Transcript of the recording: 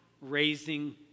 raising